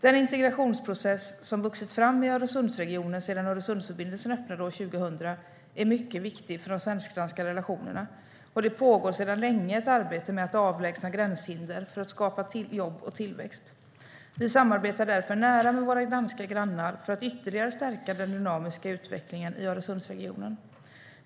Den integrationsprocess som vuxit fram i Öresundsregionen sedan Öresundsförbindelsen öppnande år 2000 är mycket viktig för de svensk-danska relationerna, och det pågår sedan länge ett arbete med att avlägsna gränshinder för att skapa jobb och tillväxt. Vi samarbetar därför nära med våra danska grannar för att ytterligare stärka den dynamiska utvecklingen i Öresundsregionen.